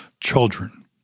children